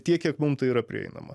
tiek kiek mum tai yra prieinama